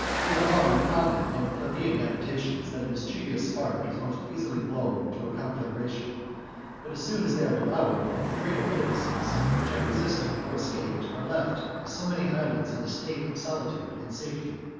it is among the common and plebeian habitations, that a mischievous spark is most easily blown to a conflagration but as soon as they are devoured, the greater edifices, which have resisted or escaped, are left as so many islands in a state of solitude and safety.